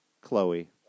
Chloe